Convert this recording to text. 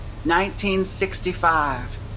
1965